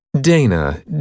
Dana